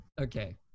okay